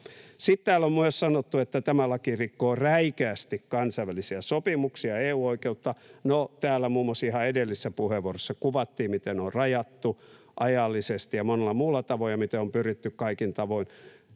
Sitten täällä on myös sanottu, että tämä laki rikkoo räikeästi kansainvälisiä sopimuksia ja EU-oikeutta. No, täällä muun muassa ihan edellisessä puheenvuorossa kuvattiin, miten on rajattu ajallisesti ja monella muulla tavoin ja miten on pyritty kaikin tavoin